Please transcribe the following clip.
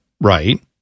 Right